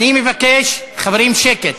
אני מבקש, חברים, שקט.